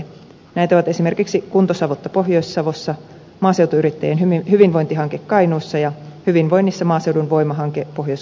näitä ovat esimerkiksi kuntosavotta pohjois savossa maaseutuyrittäjien hyvinvointihanke kainuussa ja hyvinvoinnissa maaseudun voima hanke pohjois karjalassa